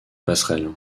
passerelle